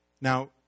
Now